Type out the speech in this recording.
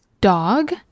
dog